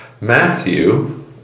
Matthew